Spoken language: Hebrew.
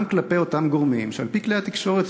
כלפי אותם גורמים שעל-פי כלי התקשורת,